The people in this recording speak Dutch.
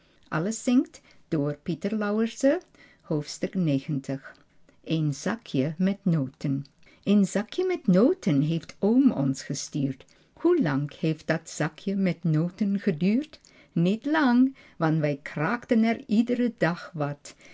zingt t zakje met noten een zakje met noten heeft oom ons gestuurd hoe lang heeft dat zakje met noten geduurd niet lang want wij kraakten er ied'ren dag wat